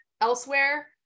elsewhere